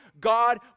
God